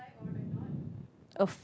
a